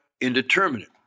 indeterminate